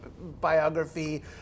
biography